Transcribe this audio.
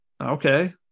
okay